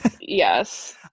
yes